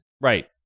Right